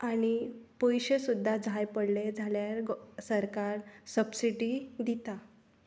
आनी पयशें सुद्दां जाय पडले जाल्यार सरकार सबसिडी दिता